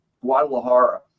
Guadalajara